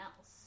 else